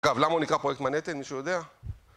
אגב, למה הוא נקרא פרויקט מנהטן? מישהו יודע?